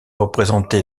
représenté